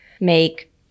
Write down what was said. make